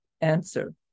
answer